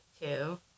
two